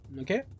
okay